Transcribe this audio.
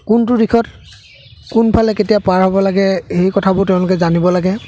কোনটো দিশত কোনফালে কেতিয়া পাৰ হ'ব লাগে সেই কথাবোৰ তেওঁলোকে জানিব লাগে